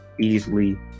easily